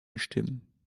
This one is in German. stimmen